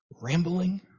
rambling